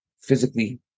physically